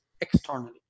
externally